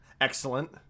Excellent